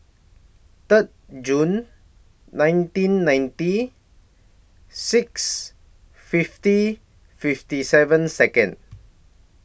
Third June nineteen ninety six fifty fifty seven Second